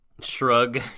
shrug